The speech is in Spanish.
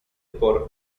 por